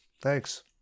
Thanks